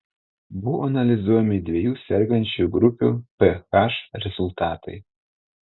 buvo analizuojami dviejų sergančiųjų grupių ph rezultatai